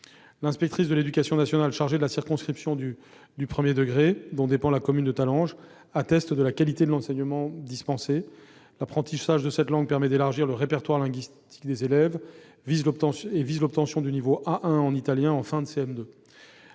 L'inspectrice de l'éducation nationale chargée de la circonscription du premier degré dont dépend Talange atteste la qualité de l'enseignement dispensé. L'apprentissage de l'italien permet d'élargir le répertoire linguistique des élèves et vise l'obtention du niveau A1 en italien en fin de CM2.